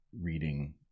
reading